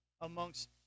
amongst